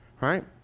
right